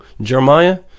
Jeremiah